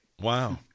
Wow